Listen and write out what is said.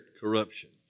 corruption